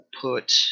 put